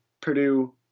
Purdue